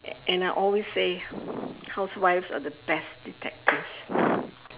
and I always say housewives are the best detectives